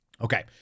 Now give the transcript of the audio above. Okay